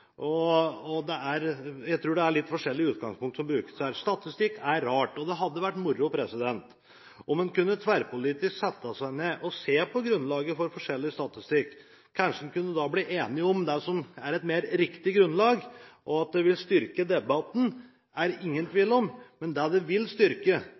den er lav, og jeg tror det er litt forskjellige utgangspunkt som brukes. Statistikk er rart. Det hadde vært moro om en tverrpolitisk kunne sette seg ned og se på grunnlaget for forskjellig statistikk. Kanskje kunne en da blitt enig om det som er et mer riktig grunnlag. At det ville styrke debatten, er det ingen tvil om, men det det vil styrke, er